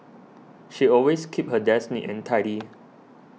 she always keeps her desk neat and tidy